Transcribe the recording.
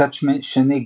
מצד שני,